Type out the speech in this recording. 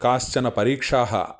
काश्चनपरीक्षाः